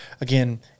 Again